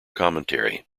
commentary